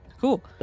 Cool